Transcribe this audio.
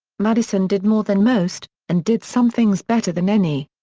madison did more than most, and did some things better than any.